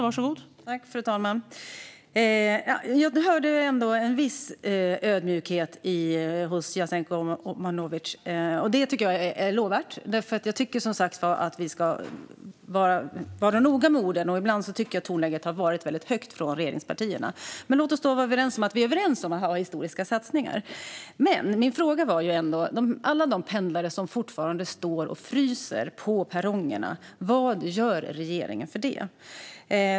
Fru talman! Jag hörde ändå en viss ödmjukhet hos Jasenko Omanovic, och det tycker jag är lovvärt. Jag tycker som sagt att vi ska vara noga med orden, och jag tycker att tonläget ibland har varit väldigt högt från regeringspartiernas sida. Men låt oss då vara överens om de historiska satsningarna. Min fråga var dock: Vad gör regeringen för alla de pendlare som fortfarande står och fryser på perrongerna?